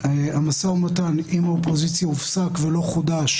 המשא-ומתן עם האופוזיציה הופסק ולא חודש